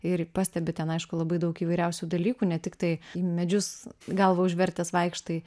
ir pastebi ten aišku labai daug įvairiausių dalykų ne tiktai į medžius galvą užvertęs vaikštai